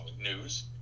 news